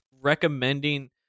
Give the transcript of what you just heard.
recommending